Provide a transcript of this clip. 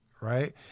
right